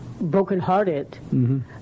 brokenhearted